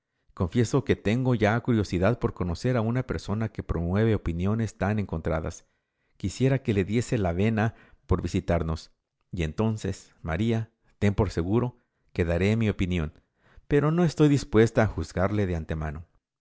confieso que tengo ya curiosidad por conocer a una persona que promueve opiniones tan encontradas quisiera que le diese la vena por visitarnos y entonces maría ten por seguro que daré mi opinión pero no estoy dispuesta a juzgarle de antemano